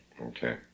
Okay